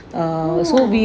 oh